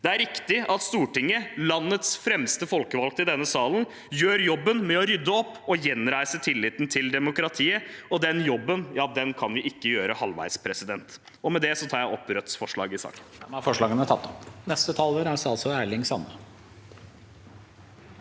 Det er riktig at Stortinget, landets fremste folkevalgte, i denne salen gjør jobben med å rydde opp og gjenreise tilliten til demokratiet, og den jobben kan vi ikke gjøre halvveis. Med det tar jeg opp Rødts forslag i saken.